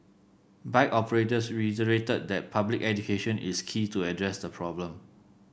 bike operators reiterated that public education is key to address the problem